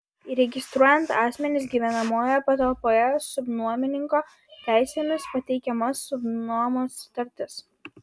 įregistruojant asmenis gyvenamojoje patalpoje subnuomininko teisėmis pateikiama subnuomos sutartis